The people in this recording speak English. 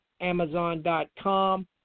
Amazon.com